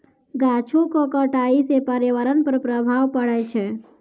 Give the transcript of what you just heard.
गाछो क कटाई सँ पर्यावरण पर प्रभाव पड़ै छै